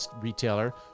retailer